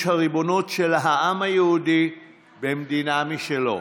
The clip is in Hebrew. הריבונות של העם היהודי במדינה משלו,